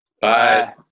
Bye